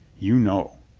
you know,